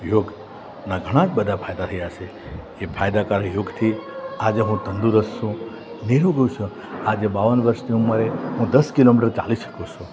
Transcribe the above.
યોગના ઘણા બધા ફાયદા થયા છે તે ફાયદાકારક યોગથી આજે હું તંદુરસ્ત છું નિરોગી છું આજે બાવન વર્ષની ઉંમરે હું દસ કિલોમીટર ચાલી શકું છું